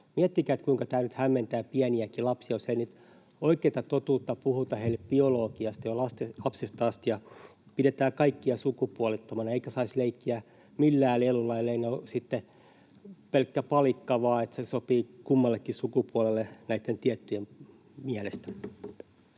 Miettikää, kuinka tämä nyt hämmentää pieniäkin lapsia, jos ei oikeata totuutta puhuta heille biologiasta jo lapsesta asti ja pidetään kaikkea sukupuolettomana eikä saisi leikkiä millään leluilla, elleivät ne ole sitten pelkkä palikka vain, niin että se sopii kummallekin sukupuolelle näitten tiettyjen mielestä.